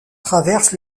traverse